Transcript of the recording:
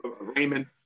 Raymond